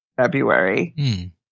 February